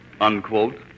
Unquote